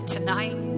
Tonight